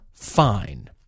Fine